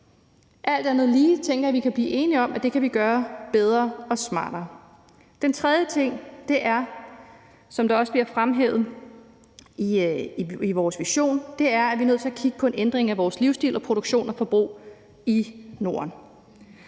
Alt andet lige tænker jeg, at vi kan blive enige om, at det kan vi gøre bedre og smartere. Kl. 11:49 Den tredje ting er, som det også bliver fremhævet i vores vision, at vi er nødt til at kigge på en ændring af vores livsstil og produktion og forbrug i Norden.